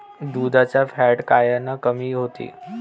दुधाचं फॅट कायनं कमी होते?